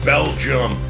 Belgium